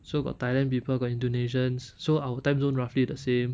so got thailand people got indonesians so our timezone roughly the same